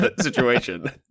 situation